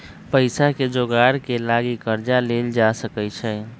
पइसाके जोगार के लागी कर्जा लेल जा सकइ छै